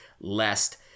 lest